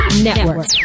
Network